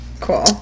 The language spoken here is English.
cool